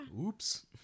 Oops